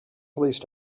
police